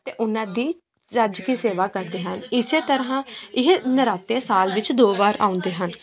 ਅਤੇ ਉਹਨਾਂ ਦੀ ਰੱਜ ਕੇ ਸੇਵਾ ਕਰਦੇ ਹਨ ਇਸ ਤਰ੍ਹਾਂ ਇਹ ਨਰਾਤੇ ਸਾਲ ਵਿੱਚ ਦੋ ਵਾਰ ਆਉਂਦੇ ਹਨ